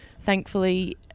thankfully